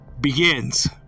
begins